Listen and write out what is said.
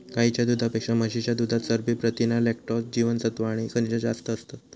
गाईच्या दुधापेक्षा म्हशीच्या दुधात चरबी, प्रथीना, लॅक्टोज, जीवनसत्त्वा आणि खनिजा जास्त असतत